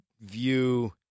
view